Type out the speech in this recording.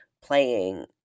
playing